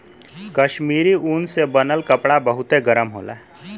कश्मीरी ऊन से बनल कपड़ा बहुते गरम होला